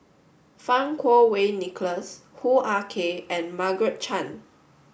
Fang Kuo Wei Nicholas Hoo Ah Kay and Margaret Chan